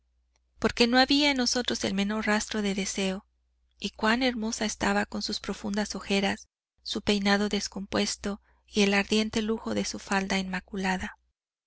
porque no había en nosotros el menor rastro de deseo y cuán hermosa estaba con sus profundas ojeras su peinado descompuesto y el ardiente lujo de su falda inmaculada